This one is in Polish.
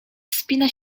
wspina